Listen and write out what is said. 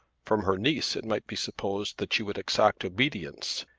from her niece it might be supposed that she would exact obedience,